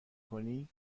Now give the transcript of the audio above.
کنی